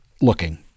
looking